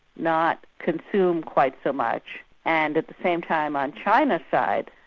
not consume quite so much and at the same time on china's side,